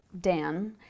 Dan